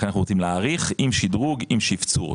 לכן אנחנו רוצים להאריך אם שדרוג ועם שפצור.